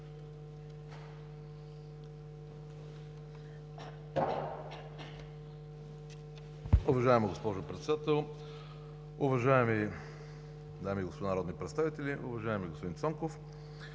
Уважаема госпожо Председател, уважаеми дами и господа народни представители! Уважаеми господин Цонков,